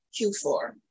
Q4